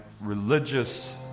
religious